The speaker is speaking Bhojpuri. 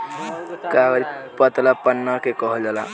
कागज पतला पन्ना के कहल जाला